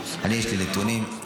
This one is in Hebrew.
יש לי נתונים.